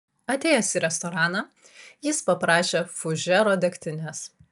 atėjęs į restoraną jis paprašė fužero degtinės